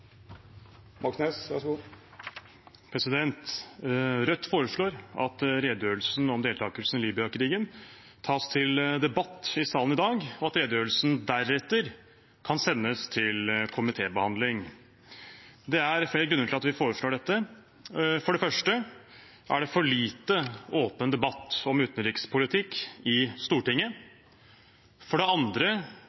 Rødt foreslår at redegjørelsen om deltakelsen i Libya-krigen tas til debatt i salen i dag, og at redegjørelsen deretter kan sendes til komitébehandling. Det er flere grunner til at vi foreslår dette. For det første er det for lite åpen debatt om utenrikspolitikk i Stortinget.